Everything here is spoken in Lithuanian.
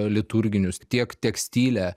liturginius tiek tekstilę